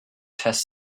test